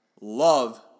love